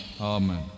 Amen